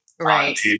Right